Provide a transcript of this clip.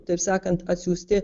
taip sakant atsiųsti